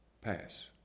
pass